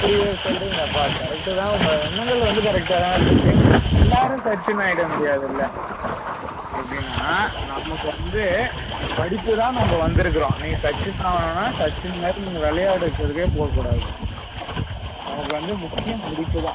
அப்புடியே சொல்றிங்கப்பா கரெக்ட்டுதான் உங்கள் எண்ணங்கள் வந்து கரெக்ட்டாதாக இருக்குது எல்லோரும் சச்சினாகிட முடியாதுலை எப்படின்னா நமக்கு வந்து படிப்புதான் நம்ப வந்திருக்குறோம் நீ சச்சின் ஆகணும்னா சச்சின் மாதிரி நீங்கள் விளையாடுறதுக்கே போகக் கூடாது நமக்கு வந்து முக்கியம் படிப்புதான்